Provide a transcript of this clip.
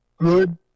good